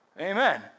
Amen